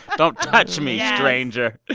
don't touch me, stranger.